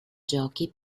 giochi